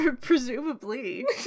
presumably